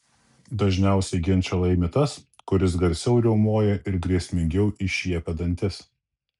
dažniausiai ginčą laimi tas kuris garsiau riaumoja ir grėsmingiau iššiepia dantis